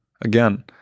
again